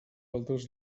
altres